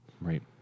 right